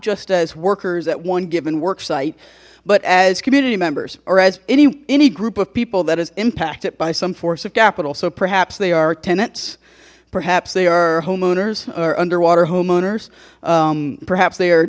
just as workers at one given worksite but as community members or as any any group of people that has impacted by some force of capital so perhaps they are tenants perhaps they are homeowners are underwater homeowners perhaps they